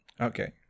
Okay